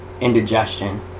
indigestion